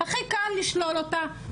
הכי קל לשלול אותה,